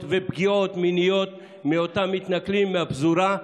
ופגיעות מיניות מאותם מתנכלים מהפזורה,